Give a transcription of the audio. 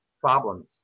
problems